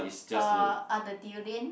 uh are the durian